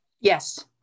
Yes